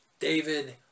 David